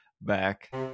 back